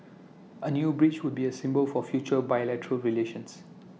A new bridge would be A symbol for future bilateral relations